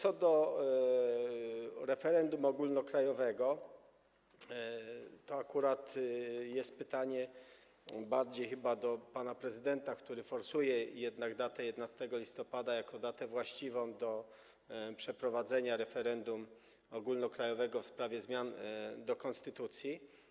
Co do referendum ogólnokrajowego, to akurat jest to pytanie bardziej chyba do pana prezydenta, który forsuje jednak datę 11 listopada jako datę właściwą dla przeprowadzenia referendum ogólnokrajowego w sprawie zmian konstytucji.